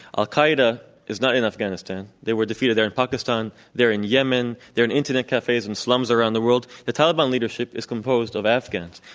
al-qaeda is not in afghanistan. they were defeated. they're in pakistan. they're in yemen. they're in internet cafes and slums around the world. the taliban leadership is composed of afghans.